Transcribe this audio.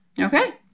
Okay